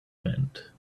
meant